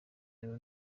rero